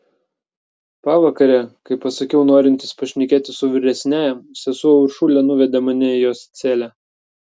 pavakare kai pasakiau norintis pašnekėti su vyresniąja sesuo uršulė nuvedė mane į jos celę